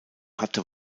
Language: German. hatte